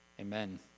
Amen